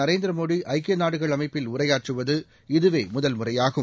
Narendra Modi ஐக்கியநாடுகள் உரையாற்றுவது இதுவேமுதல்முறையாகும்